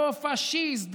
אותו פשיסט,